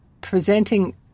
presenting